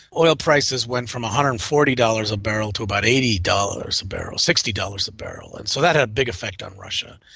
oil prices went from one hundred and forty dollars a barrel to about eighty dollars a barrel, sixty dollars a barrel, and so that had a big effect on russia.